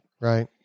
right